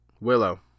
Willow